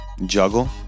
Juggle